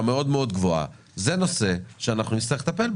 גבוהה מאוד זה נושא שאנחנו נצטרך לטפל בו.